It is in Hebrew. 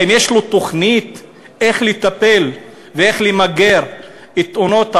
האם יש לו תוכנית איך לטפל ואיך למגר את תאונות העבודה,